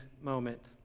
moment